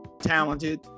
talented